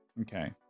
Okay